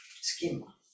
schema